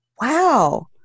wow